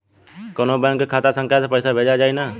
कौन्हू बैंक के खाता संख्या से पैसा भेजा जाई न?